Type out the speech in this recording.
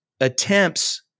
attempts